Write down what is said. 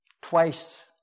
Twice